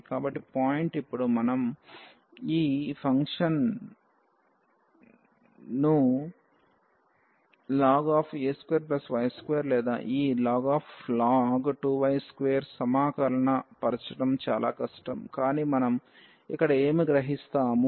కాబట్టి పాయింట్ ఇప్పుడు ఈ ఫంక్షన్నుln a2y2 లేదా ఈln సమాకలన పరచడం చాలా కష్టం కానీ మనం ఇక్కడ ఏమి గ్రహిస్తాము